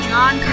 John